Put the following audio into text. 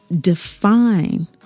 define